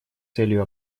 целью